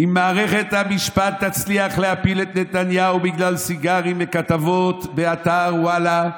אם מערכת המשפט תצליח להפיל את נתניהו בגלל סיגרים וכתבות באתר וואלה,